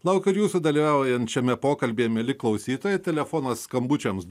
laukiu ir jūsų dalyvaujant šiame pokalbyje mieli klausytojai telefono skambučiams